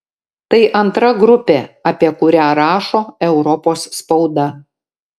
tai antra grupė apie kurią rašo europos spauda